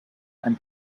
and